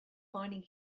finding